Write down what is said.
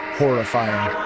horrifying